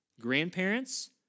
grandparents